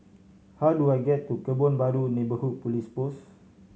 how do I get to Kebun Baru Neighbourhood Police Post